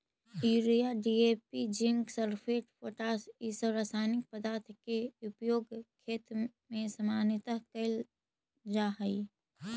urea, DAP, zinc sulphate, potash इ सब रसायनिक पदार्थ के उपयोग खेत में सामान्यतः कईल जा हई